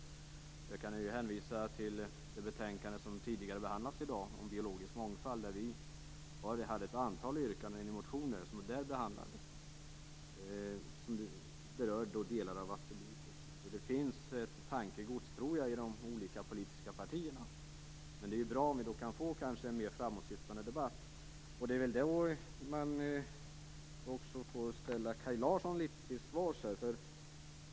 Jag kan hänvisa till det betänkande som behandlats tidigare i dag om biologisk mångfald. Vi hade ett antal yrkanden i de motioner som behandlades där och som berörde vattenbruket. Jag tror att det finns ett tankegods i de olika politiska partierna. Men det är bra om vi kan få en mer framåtsyftande debatt. Det är väl i det sammanhanget man också får ställa Kaj Larsson litet till svars.